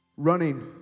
Running